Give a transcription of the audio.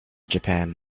japan